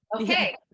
Okay